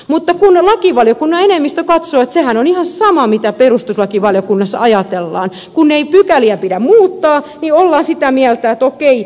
mutta lakivaliokunnan enemmistö katsoi että sehän on ihan sama mitä perustuslakivaliokunnassa ajatellaan kun ei pykäliä pidä muuttaa niin ollaan sitä mieltä että okei ei yhdytä tähän